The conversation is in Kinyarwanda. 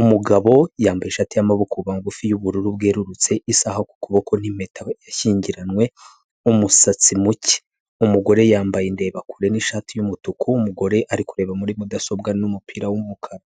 Umugabo yambaye ishati y'amaboko magufi y'ubururu bwerurutse, isaha ku kuboko n'impeta yashyingiranywe umusatsi muke, umugore yambaye indebakure n'ishati y'umutuku, umugore ari kureba muri mudasobwa n'umupira w'umukara.